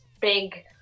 big